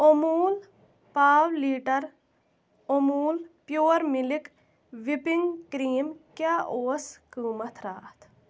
أموٗل پاو لیٖٹَر أموٗل pure milk whipping cream کیٛاہ اوس قۭمتھ راتھ